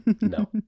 no